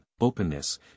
openness